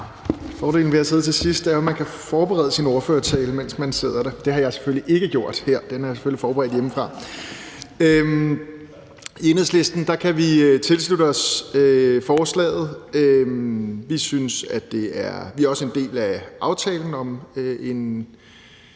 Fordelen ved at sidde til sidst er jo, at man kan forberede sin ordførertale, mens man sidder der. Det har jeg selvfølgelig ikke gjort her. Den har jeg selvfølgelig forberedt hjemmefra. I Enhedslisten kan vi tilslutte os forslaget. Vi er også en del af aftalen om at